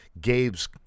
gabe's